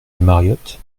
mariott